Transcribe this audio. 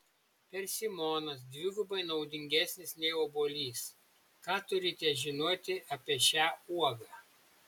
persimonas dvigubai naudingesnis nei obuolys ką turite žinoti apie šią uogą